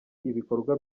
ibikorwa